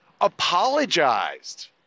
apologized